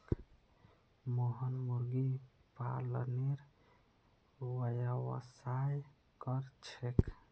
मोहन मुर्गी पालनेर व्यवसाय कर छेक